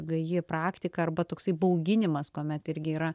gaji praktika arba toksai bauginimas kuomet irgi yra